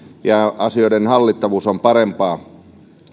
ja asioiden hallittavuus on parempaa